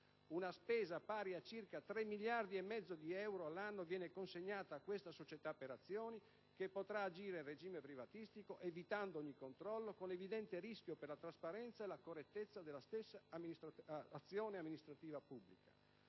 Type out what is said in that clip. Risorse pari a circa 3 miliardi e mezzo di euro all'anno vengono consegnate a tale società per azioni, che potrà agire in regime privatistico, evitando ogni controllo, con evidente rischio per la trasparenza e la correttezza dell'azione amministrativa pubblica.